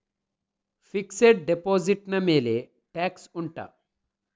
fixed deposit ನ ಮೇಲೆ tax ಉಂಟಾ